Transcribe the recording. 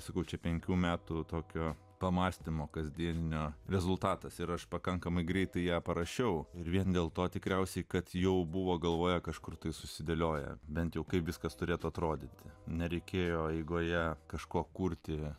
sakau čia penkių metų tokio pamąstymo kasdien ne rezultatas ir aš pakankamai greitai ją parašiau ir vien dėl to tikriausiai kad jau buvo galvoje kažkur tai susidėlioja bent jau kaip viskas turėtų atrodyti nereikėjo eigoje kažko kurti